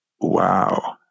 wow